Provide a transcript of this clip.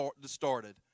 distorted